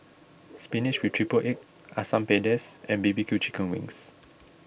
Spinach with Triple Egg Ssam Pedas and B B Q Chicken Wings